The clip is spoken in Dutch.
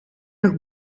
nog